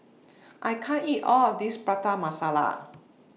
I can't eat All of This Prata Masala